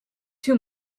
two